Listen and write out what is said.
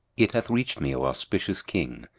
it hath reached me, o auspicious king,